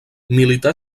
militar